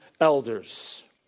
elders